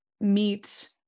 meet